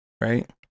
right